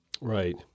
Right